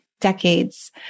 decades